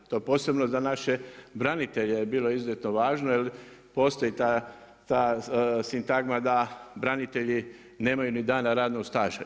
To posebno za naše branitelje je bilo izuzetno važno jel postoji ta sintagma da branitelji nemaju ni dana radnog staža.